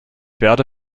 werde